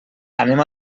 anem